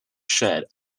shared